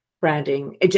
branding